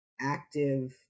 active